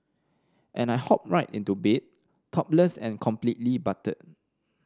and I hop right into bed topless and completely buttered